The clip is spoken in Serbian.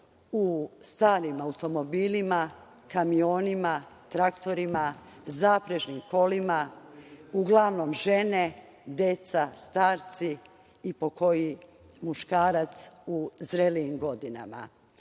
u starim automobilima, kamionima, traktorima, zaprežnim kolima, uglavnom žene, deca, starci i po koji muškarac u zrelijim godinama.